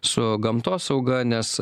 su gamtosauga nes